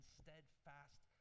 steadfast